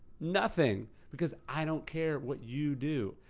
nothing, because i don't care what you do,